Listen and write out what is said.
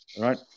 Right